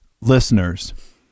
Listeners